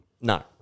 No